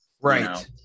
Right